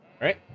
Right